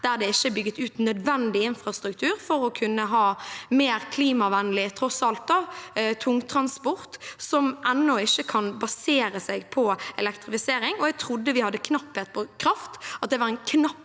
der det ikke er bygd ut nødvendig infrastruktur for å kunne ha mer klimavennlig tungtransport – tross alt – som ennå ikke kan basere seg på elektrifisering. Jeg trodde vi hadde knapphet på kraft, at det var en knapp